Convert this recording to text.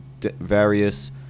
various